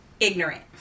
ignorant